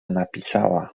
napisała